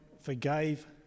forgave